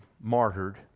martyred